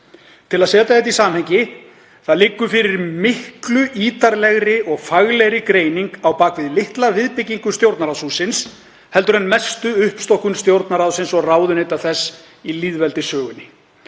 Til að setja þetta í samhengi: Það liggur fyrir miklu ítarlegri og faglegri greining á bak við litla viðbyggingu Stjórnarráðshússins en mestu uppstokkun Stjórnarráðsins og ráðuneyta þess í lýðveldissögunni.